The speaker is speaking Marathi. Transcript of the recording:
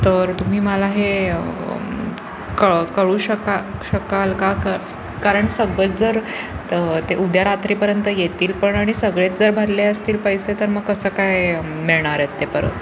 तर तुम्ही मला हे कळ कळू शका शकाल का कारण सगळं जर त ते उद्या रात्रीपर्यंत येतील पण आणि सगळेच जर भरले असतील पैसे तर मग कसं काय मिळणार आहेत ते परत